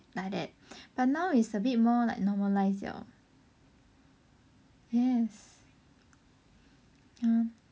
like that but now is like a bit more normalised liao yes ah